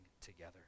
together